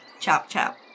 chop-chop